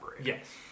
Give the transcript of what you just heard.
Yes